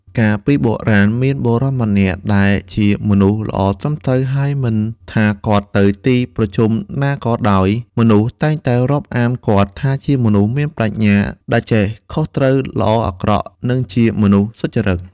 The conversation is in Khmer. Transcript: កាលពីបុរាណ មានបុរសម្នាក់ដែលជាមនុស្សល្អត្រឹមត្រូវ ហើយមិនថាគាត់ទៅទីប្រជុំណាក៏ដោយ មនុស្សតែងតែរាប់អានគាត់ថាជាមនុស្សមានប្រាជ្ញា ដែលចេះខុសត្រូវល្អអាក្រក់ និងជាមនុស្សសុចរិត។